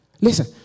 Listen